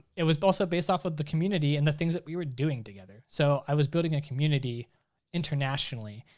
it was also based off of the community and the things that we were doing together. so i was building a community internationally.